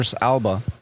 Alba